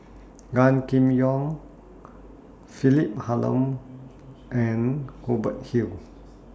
Gan Kim Yong Philip Hoalim and Hubert Hill